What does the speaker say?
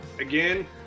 again